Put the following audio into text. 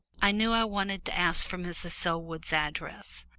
i knew i wanted to ask for mrs. selwood's address,